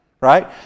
right